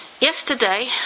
yesterday